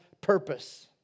purpose